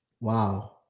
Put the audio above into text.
Wow